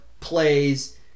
plays